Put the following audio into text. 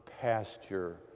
pasture